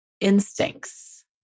instincts